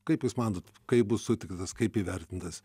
kaip jūs manot kaip bus sutiktas kaip įvertintas